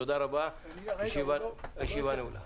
תודה רבה, הישיבה נעולה.